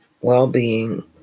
well-being